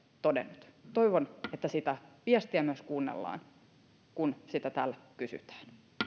todennut toivon että sitä viestiä myös kuunnellaan kun sitä täällä kysytään